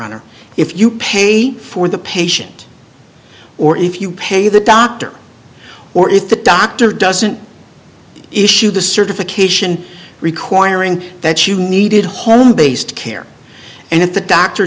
honor if you paid for the patient or if you pay the doctor or if the doctor doesn't issue the certification requiring that you needed home based care and if the doctor